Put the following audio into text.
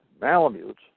Malamutes